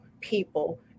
people